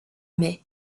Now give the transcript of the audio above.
mai